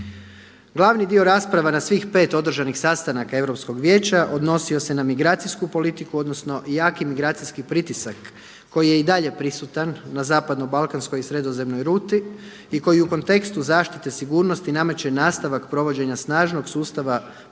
Glavni dio rasprava na svih pet održanih sastanaka Europskog vijeća odnosio se na migracijsku politiku odnosno jaki migracijski pritisak koji je i dalje prisutan na zapadnoj, balkanskoj i sredozemnoj ruti i koji u kontekstu zaštite sigurnosti nameće nastavak provođenja snažnog sustava provjera